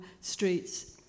streets